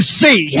see